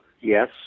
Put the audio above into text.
yes